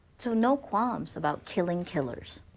so no qualms about killing killers?